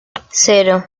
cero